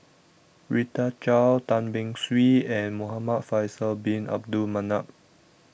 Rita Chao Tan Beng Swee and Muhamad Faisal Bin Abdul Manap